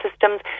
systems